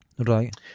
right